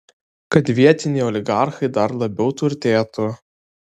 kad vietiniai oligarchai dar labiau turtėtų